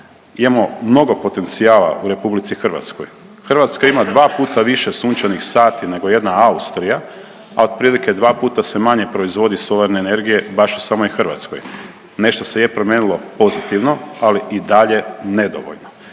Imamo mnogo potencijala u RH. Hrvatska ima dva puta više sunčanih sati nego jedna Austrija, a otprilike dva puta se manje proizvodi solarne energije baš u samoj Hrvatskoj. Nešto se je promijenilo pozitivno, ali i dalje nedovoljno.